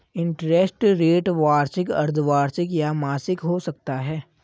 interest rate वार्षिक, अर्द्धवार्षिक या मासिक हो सकता है